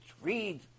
read